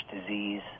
disease